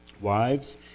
Wives